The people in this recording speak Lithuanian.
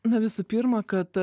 na visų pirma kad